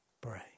Pray